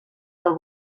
del